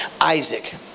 Isaac